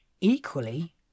Equally